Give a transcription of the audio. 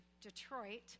Detroit